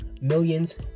millions